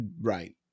Right